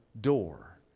door